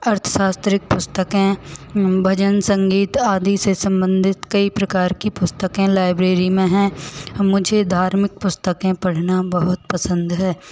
अर्थसास्त्रिक पुस्तकें भजन संगीत आदि से संबंधित कई प्रकार की पुस्तकें लाइब्रेरी में हैं मुझे धार्मिक पुस्तकें पढ़ना बहुत पसंद है